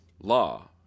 law